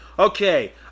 Okay